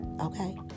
okay